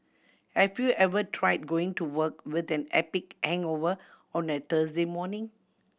have you ever tried going to work with an epic hangover on a Thursday morning